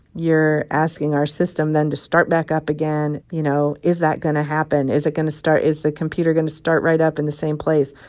you're asking our system then to start back up again. you know, is that going to happen? is it going to start? is the computer going to start right up in the same place?